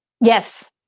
yes